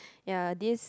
ya this